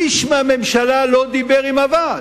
איש מהממשלה לא דיבר עם הוועד.